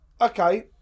okay